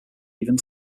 even